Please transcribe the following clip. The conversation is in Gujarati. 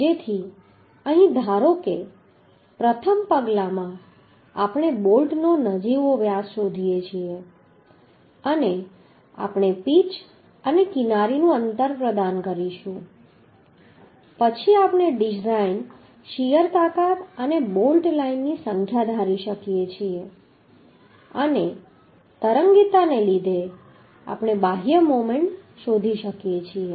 જેથી અહીં ધારો કે પ્રથમ પગલામાં આપણે બોલ્ટનો નજીવો વ્યાસ શોધી શકીએ છીએ અને આપણે પીચ અને કિનારીનું અંતર પ્રદાન કરીશું પછી આપણે ડિઝાઇન શીયર તાકાત અને બોલ્ટ લાઇનની સંખ્યા ધારી શકીએ છીએ અને તરંગીતાને લીધે આપણે બાહ્ય મોમેન્ટ શોધી શકીએ છીએ